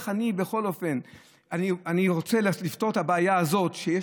אני בכל אופן רוצה לפתור את הבעיה הזאת שיש